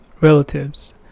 relatives